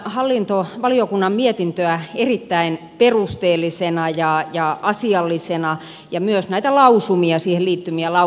pidän hallintovaliokunnan mietintöä erittäin perusteellisena ja asiallisena ja myös näitä siihen liittyviä lausumia aiheellisina